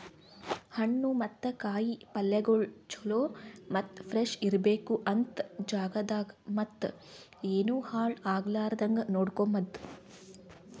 ಹಣ್ಣು ಮತ್ತ ಕಾಯಿ ಪಲ್ಯಗೊಳ್ ಚಲೋ ಮತ್ತ ಫ್ರೆಶ್ ಇರ್ಬೇಕು ಅಂತ್ ಜಾಗದಾಗ್ ಮತ್ತ ಏನು ಹಾಳ್ ಆಗಲಾರದಂಗ ನೋಡ್ಕೋಮದ್